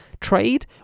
trade